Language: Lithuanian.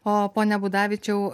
o pone budavičiau